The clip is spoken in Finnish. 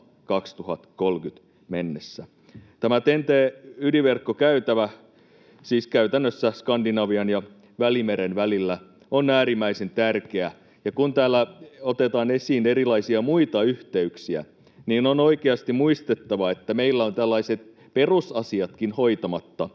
2030 mennessä. Tämä TEN-T-ydinverkkokäytävä, siis käytännössä Skandinavian ja Välimeren välillä, on äärimmäisen tärkeä, ja kun täällä otetaan esiin erilaisia muita yhteyksiä, niin on oikeasti muistettava, että meillä ovat tällaiset perusasiatkin hoitamatta.